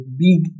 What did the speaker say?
big